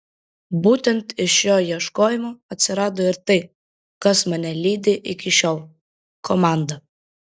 būtent iš šio ieškojimo atsirado ir tai kas mane lydi iki šiol komanda